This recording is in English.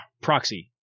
proxy